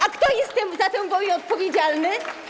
A kto jest za tę wojnę odpowiedzialny?